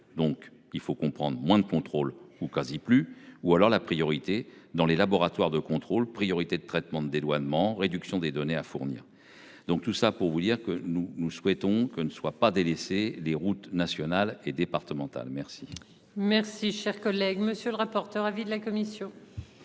Donc il faut comprendre moins de contrôles ou quasi plus ou alors la priorité dans les laboratoires de contrôle priorité de traitement de dédouanement réduction des données à fournir. Donc tout ça pour vous dire que nous, nous souhaitons que ne soit pas délaisser les routes nationales et départementales. Merci. Merci, chers collègues, monsieur le rapporteur. Avis de la commission.